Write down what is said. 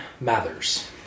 Mathers